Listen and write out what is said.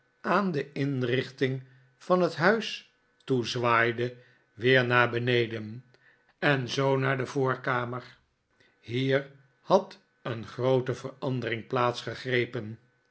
aan de indenting van het huis toezwaaide weer naar beneden en zoo naar de voorkamer hier had een groote verandering plaats gegrepen